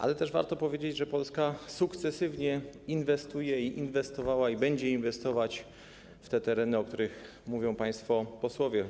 Ale warto też powiedzieć, że Polska sukcesywnie inwestuje, inwestowała i będzie inwestować w te tereny, o których mówią państwo posłowie.